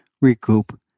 recoup